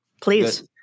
Please